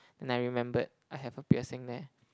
then I remembered I have a piercing there